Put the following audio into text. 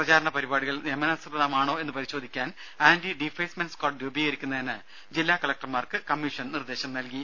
പ്രചാരണ പരിപാടികൾ നിയമാനുസൃതമാണോ എന്ന് പരിശോധിക്കാൻ ആന്റി ഡീഫെയ്സ്മെന്റ് സ്ക്വാഡ് രൂപീകരിക്കുന്നതിന് ജില്ലാ കലക്ടർമാർക്ക് കമ്മീഷൻ നിർദേശം നൽകി